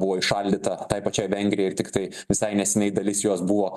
buvo įšaldyta tai pačiai vengrijai ir tiktai visai neseniai dalis jos buvo